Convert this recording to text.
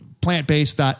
plant-based